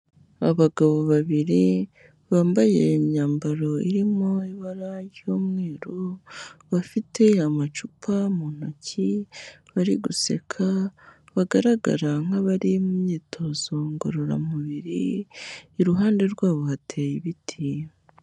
Abagabo babiri bambaye imyambaro irimo ibara ry'umweru, bafite amacupa mu ntoki bari guseka bagaragara nk'abari mu myitozo ngororamubiri, iruhande rwabo hateye ibiti.